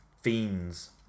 fiends